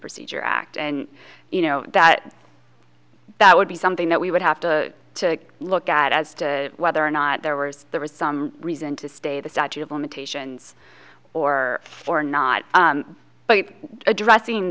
procedure act and you know that that would be something that we would have to look at as to whether or not there was there was some reason to stay the statute of limitations or for not addressing